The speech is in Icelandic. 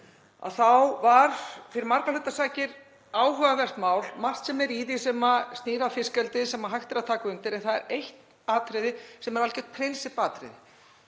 í gær var fyrir margra hluta sakir áhugavert mál. Margt sem er í því sem snýr að fiskeldi er hægt að taka undir en það er eitt atriði sem er algjört prinsippatriði